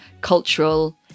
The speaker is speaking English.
cultural